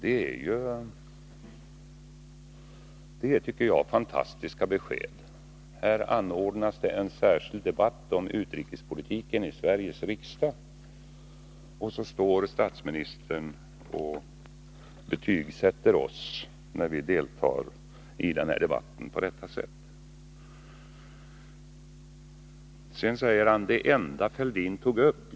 Det är, tycker jag, fantastiska besked. Här anordnas det i Sveriges riksdag en särskild debatt av utrikespolitiken, och så står statsministern på detta sätt och betygsätter oss när vi deltar i den debatten. Sedan använde statsministern formuleringen: det enda Thorbjörn Fälldin tog upp.